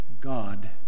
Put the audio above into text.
God